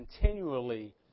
continually